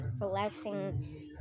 relaxing